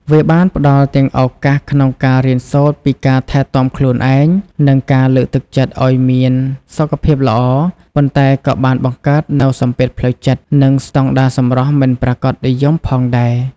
វាបានផ្តល់ទាំងឱកាសក្នុងការរៀនសូត្រពីការថែទាំខ្លួនឯង និងការលើកទឹកចិត្តឲ្យមានសុខភាពល្អ ប៉ុន្តែក៏បានបង្កើតនូវសម្ពាធផ្លូវចិត្ត និងស្តង់ដារសម្រស់មិនប្រាកដនិយមផងដែរ។